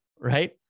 right